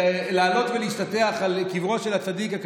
למצרים יורדים, לא עולים.